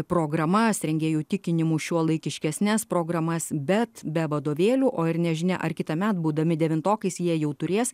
programas rengėjų tikinimu šiuolaikiškesnes programas bet be vadovėlių o ir nežinia ar kitąmet būdami devintokais jie jau turės